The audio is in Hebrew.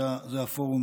זה הפורום